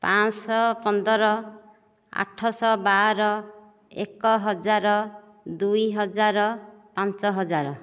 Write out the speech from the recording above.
ପାଞ୍ଚ ଶହ ପନ୍ଦର ଆଠଶହ ବାର ଏକ ହଜାର ଦୁଇ ହଜାର ପାଞ୍ଚ ହଜାର